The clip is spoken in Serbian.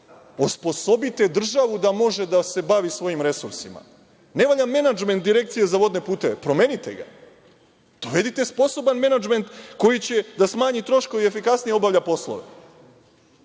Osposobite državu da može da se bavi svojim resursima. Ne valja menadžment Direkcije za vodne puteve, promenite ga, dovedite sposoban menadžment koji će da smanji troškove i efikasnije obavlja poslove,